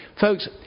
Folks